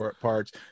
Parts